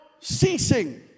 ceasing